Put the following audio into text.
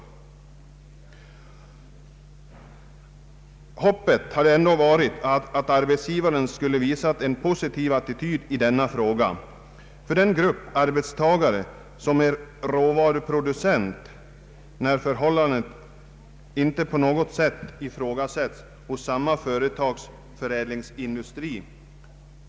Förhoppningen har ändå varit att arbetsgivaren skulle inta en positiv attityd i denna fråga för den grupp arbetstagare som är råvaruproducent, när förhållandet inte på något vis ifrågasätts för arbetstagarna inom samma företags förädlingsindustri.